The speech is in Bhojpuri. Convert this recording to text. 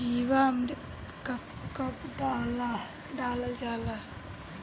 जीवामृत कब कब डालल जाला?